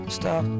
stop